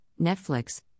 Netflix